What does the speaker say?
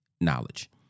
knowledge